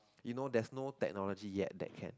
you know there's no technology yet that can